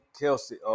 Kelsey